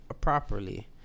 properly